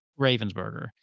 Ravensburger